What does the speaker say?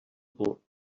pur